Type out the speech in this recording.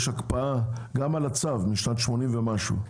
יש הקפאה גם על הצו משנת 1980 ומשהו.